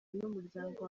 n’umuryango